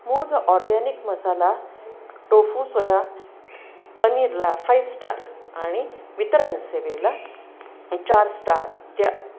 Mooz organic masala tofu soya पनीरला five star आणि वितरण सेवेला चार स्टार द्या